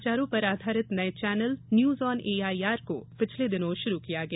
समाचारों पर आधारित नए चैनल न्यूज ऑन एआईआर को पिछले दिनों शुरू किया गया